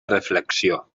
reflexió